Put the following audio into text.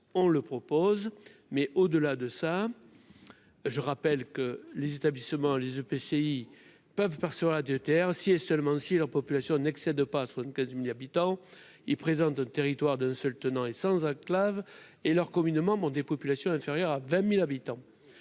on le propose, mais au-delà de ça, je rappelle que. Les établissements les EPCI peuvent par sera de terre si et seulement si la population n'excède pas à 75000 habitants, il présente un territoire d'un seul tenant, et sans enclave et leur communément des populations inférieur à 20000 habitants,